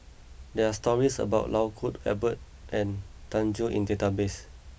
there are stories about Lau Kuo Kwong Robert Eng Tow and Thio Chan Bee in the database